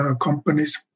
companies